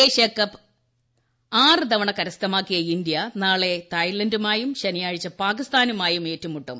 Asia Cup ആറ് തവണ കരസ്ഥമാക്കിയ ഇന്ത്യ നാളെ തായ്ലന്റുമായും ശനിയാഴ്ച പാകിസ്ഥാനുമായും ഏറ്റുമുട്ടും